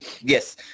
Yes